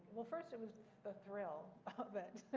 well, first it was the thrill of it.